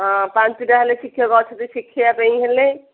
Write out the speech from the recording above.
ହଁ ପାଞ୍ଚଟା ହେଲେ ଶିକ୍ଷକ ଅଛନ୍ତି ଶିଖିବା ପାଇଁ ହେଲେ